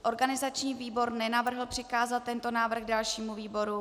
Organizační výbor nenavrhl přikázat tento návrh dalšímu výboru.